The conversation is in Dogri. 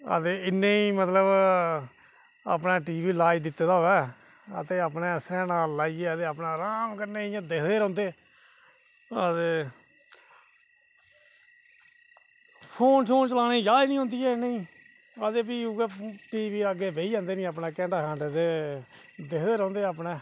ते अ इनें ई मतलब अपने टीवी लाई दित्ते दा होऐ ते अपने सर्हैनै लाइयै अपने इंया दिखदे रौहंदे ते फोन चलाने दी जाच निं औंदी ऐ इनेंगी ते भी उऐ टीवी अग्गें बेही जंदे नी अपने घंटा खंड ते दिखदे रौंहदे अपने